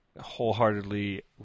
wholeheartedly